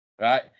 Right